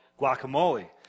guacamole